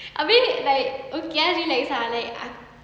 abeh like okay ah relax ah like